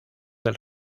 del